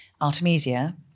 Artemisia